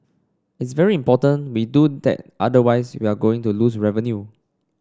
it's very important we do that otherwise we are going to lose revenue